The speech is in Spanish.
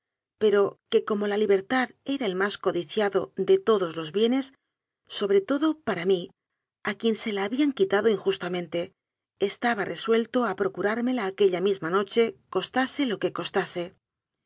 pero que como la libertad era el más codiciado de todos los bienes sobre todo para mí a quien se la habían quitado injustamente estaba resuelto a procurármela aquella misma noche cos tase lo que costase